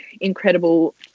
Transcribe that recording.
incredible